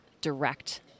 direct